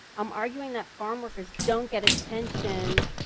i'm arguing that farmworkers don't get attention,